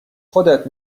خودت